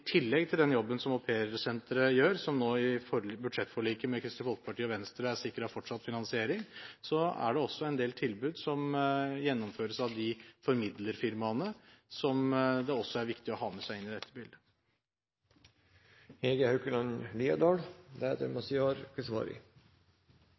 tillegg til den jobben som aupairsenteret gjør, som gjennom budsjettforliket med Kristelig Folkeparti og Venstre nå er sikret fortsatt finansiering, er det også en del tilbud som gjennomføres av formidlerfirmaene, som det også er viktig å ha med seg i dette